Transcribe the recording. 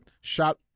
shot